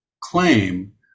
claim